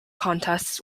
contests